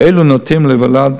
ואלו נוטים להיוולד